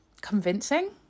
convincing